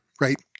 right